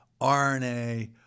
RNA